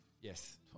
Yes